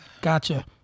gotcha